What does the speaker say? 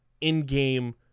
in-game